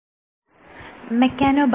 നമസ്കാരം